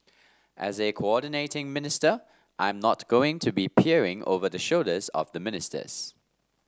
as a coordinating minister I'm not going to be peering over the shoulders of the ministers